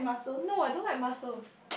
no I don't like muscles